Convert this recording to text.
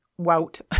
wout